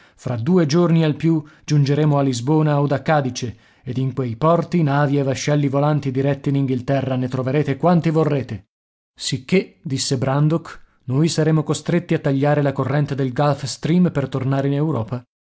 fra due giorni al più giungeremo a lisbona od a cadice ed in quei porti navi e vascelli volanti diretti in inghilterra ne troverete quanti vorrete sicché disse brandok noi saremo costretti a tagliare la corrente del gulf stream per tornare in europa